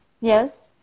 yes